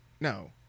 No